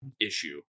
issue